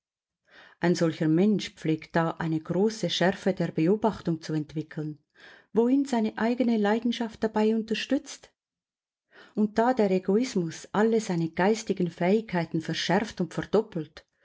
ein solcher mensch pflegt da eine große schärfe der beobachtung zu entwickeln wo ihn seine eigene leidenschaft dabei unterstützt und da der egoismus alle seine geistigen fähigkeiten verschärft und verdoppelt